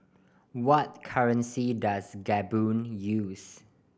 what currency does Gabon use